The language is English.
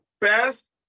best